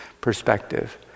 perspective